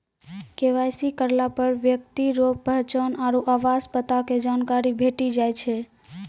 KYC करलापर ब्यक्ति रो पहचान आरु आवास पता के जानकारी भेटी जाय छै